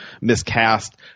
miscast